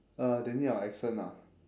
uh they need our accent ah